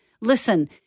Listen